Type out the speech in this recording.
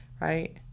right